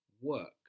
work